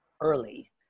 early